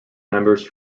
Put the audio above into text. members